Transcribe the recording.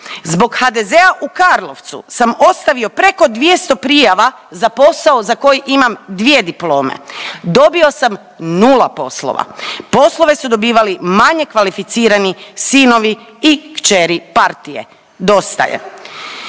Zbog HDZ-a u Karlovcu sam ostavio preko 200 prijava za posao za koji imam dvije diplome. Dobio sam 0 poslova. Poslove su dobivali manje kvalificirani sinovi i kćeri partije. Dosta je.